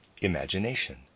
imagination